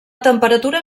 temperatura